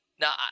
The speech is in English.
Now